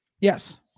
Yes